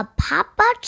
papa